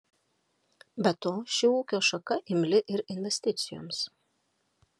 be to ši ūkio šaka imli ir investicijoms